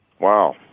Wow